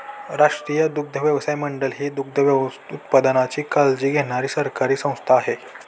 राष्ट्रीय दुग्धविकास मंडळ ही दुग्धोत्पादनाची काळजी घेणारी सरकारी संस्था आहे